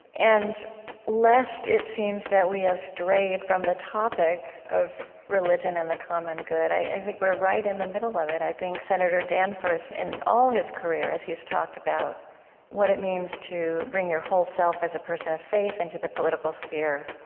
and lest it seems that we have strayed from the topic of religion and the common good, i think we're right in the middle of it. i think senator danforth, in all his career, as he's talked about what it means to bring your whole self as a person of faith into the political sphere,